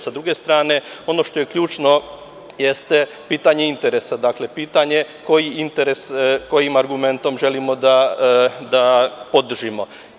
Sa druge strane ono što je ključno, jeste pitanje interesa, dakle, pitanje koji interes, kojim argumentom želimo da podržimo.